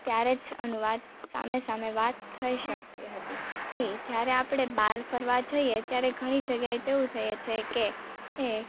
ત્યારે જ અનુવાદ સામે સામે વાત થઈ શકતી હતી ઇ જ્યારે આપણે બહાર ફરવા જઈએ ત્યારે ઘણી જગ્યાએ તેવું થઈ જાય છે કે એ